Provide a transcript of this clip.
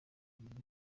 kumenya